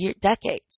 decades